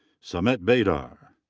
samet baydar.